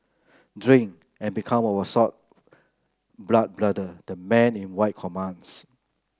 drink and become our sworn blood brother the man in white commands